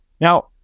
Now